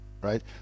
right